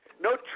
No